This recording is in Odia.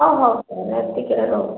ଅ ହଉ ମୁଁ ଏତିକିରେ ରହୁଛି